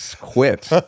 quit